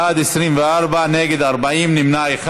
בעד, 39, נגד, 25, שניים נמנעים.